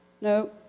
No